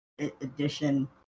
edition